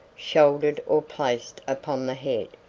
shouldered or placed upon the head,